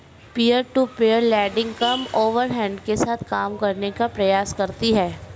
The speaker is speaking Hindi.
पीयर टू पीयर लेंडिंग कम ओवरहेड के साथ काम करने का प्रयास करती हैं